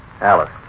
Alice